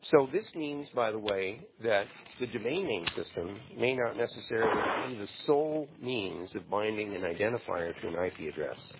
so this means, by the way, that the domain name system may not necessarily be the sole means of binding an identifier to an i p. address